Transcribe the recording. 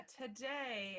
today